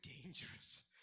dangerous